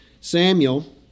Samuel